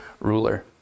ruler